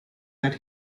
that